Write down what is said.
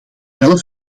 zelf